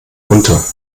runter